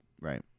right